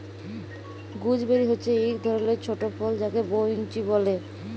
gooseberry হচ্যে এক ধরলের ছট ফল যাকে বৈনচি ব্যলে